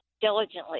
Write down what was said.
diligently